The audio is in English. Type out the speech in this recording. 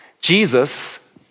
Jesus